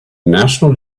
national